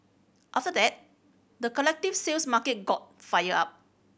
after that the collective sales market got fired up